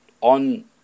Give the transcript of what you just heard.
on